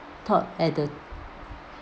taught at the